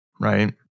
right